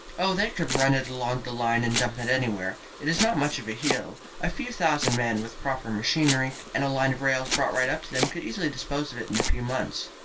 oh, they could run it along the line and dump it anywhere. it is not much of a hill. a few thousand men with proper machinery, and a line of rails brought right up to them could easily dispose of it in a few months.